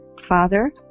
father